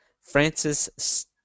Francis